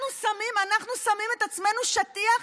אנחנו שמים את עצמנו שטיח?